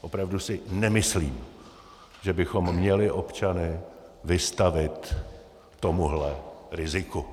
Opravdu si nemyslím, že bychom měli občany vystavit tomuhle riziku.